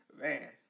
Man